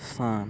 ᱥᱟᱱ